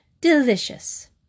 delicious